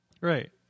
Right